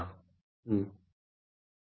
हाँ हूँ